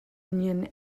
onion